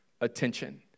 attention